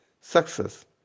success